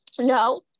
no